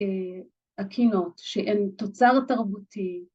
‫הקינות, שהן תוצר תרבותי.